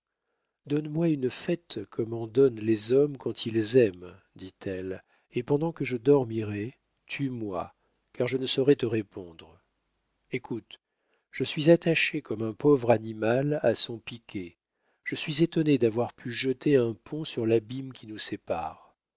donne-moi une fête comme en donnent les hommes quand ils aiment dit-elle et pendant que je dormirai tue-moi car je ne saurais te répondre écoute je suis attachée comme un pauvre animal à son piquet je suis étonnée d'avoir pu jeter un pont sur l'abîme qui nous sépare